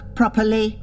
properly